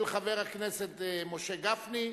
של חבר הכנסת משה גפני,